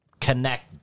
connect